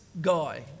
guy